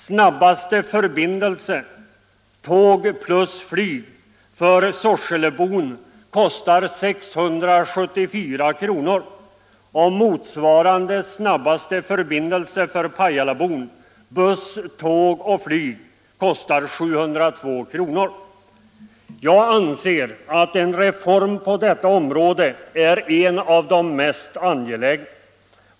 Snabbaste förbindelse — tåg plus flyg — för Sorselebon kostar 674 kr. Motsvarande snabbaste förbindelse för Pajalabon — buss, tåg och flyg — kostar 702 kr. Jag anser att en reform på detta område är en av de mest angelägna.